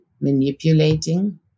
manipulating